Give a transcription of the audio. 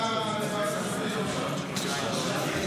הסדרת העיסוק במקצועות הבריאות (תיקון,